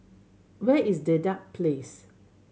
where is Dedap Place